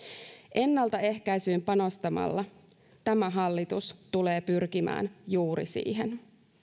ennaltaehkäisyyn panostamalla tämä hallitus tulee pyrkimään juuri siihen